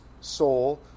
soul